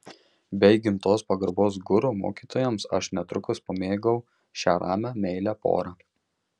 be įgimtos pagarbos guru mokytojams aš netrukus pamėgau šią ramią meilią porą